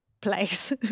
place